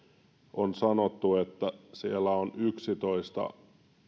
on sanottu että siellä on yksitoista